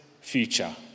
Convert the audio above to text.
future